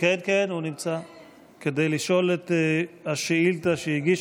כדי לשאול את השאילתה שהגישה,